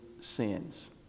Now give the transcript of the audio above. Sins